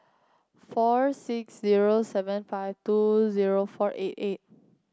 four six zero seven five two zero four eight eight